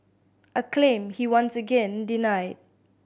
a claim he once again denied